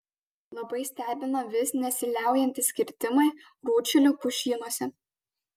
labai stebina vis nesiliaujantys kirtimai rūdšilio pušynuose